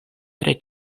tre